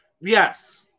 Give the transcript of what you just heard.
Yes